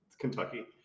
Kentucky